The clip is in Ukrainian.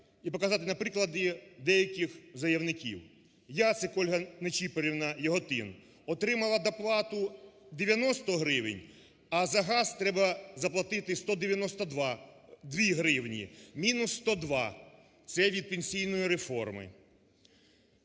і показати на прикладі деяких заявників. Ясик Ольга Нечіпорівна, Яготин, отримала доплату 90 гривень, а за газ треба заплатити 192, мінус 102 це від пенсійної реформи.